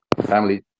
family